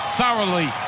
thoroughly